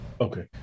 Okay